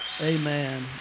Amen